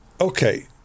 Okay